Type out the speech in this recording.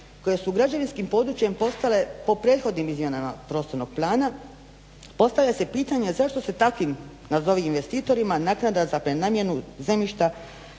koje su građevinskim područjem postale po prethodnim izmjenama prostornog plana, postavlja se pitanje zašto se takvim nazovi investitorima naknada za prenamjenu zemljišta